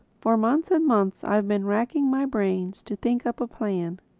for months and months i've been racking my brains to think up a plan.